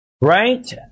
Right